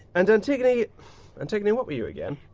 and antigone antigone, what were you again,